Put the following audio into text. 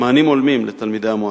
מענים הולמים לתלמידי המועצה.